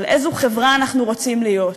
על איזו חברה אנחנו רוצים להיות.